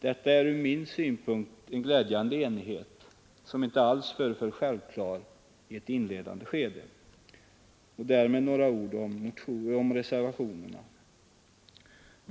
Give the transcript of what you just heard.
Detta är från min synpunkt en glädjande enighet, som inte alls föreföll självklar i ett inledande skede. Därefter, herr talman, vill jag säga några ord om reservationerna.